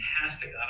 fantastic